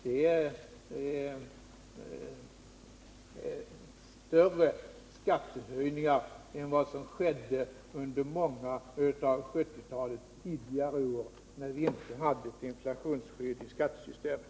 Det är större skattehöjningar än vi fick under många av 1970-talets tidigare år när vi inte hade ett inflationsskydd i skattesystemet.